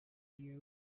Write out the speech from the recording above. you